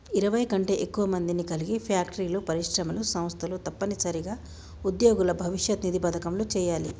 ఇరవై కంటే ఎక్కువ మందిని కలిగి ఫ్యాక్టరీలు పరిశ్రమలు సంస్థలు తప్పనిసరిగా ఉద్యోగుల భవిష్యత్ నిధి పథకంలో చేయాలి